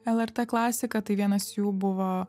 lrt klasika tai vienas jų buvo